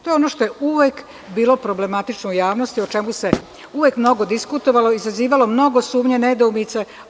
To je ono što je uvek bilo problematično u javnosti o čemu se uvek mnogo diskutovalo izazivalo mnogo sumnje, nedoumice.